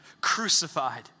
crucified